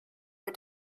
mit